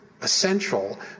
essential